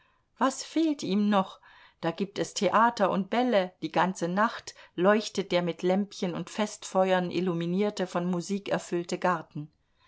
was fehlt ihm noch da gibt es theater und bälle die ganze nacht leuchtet der mit lämpchen und festfeuern illuminierte von musik erfüllte garten